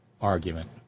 argument